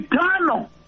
eternal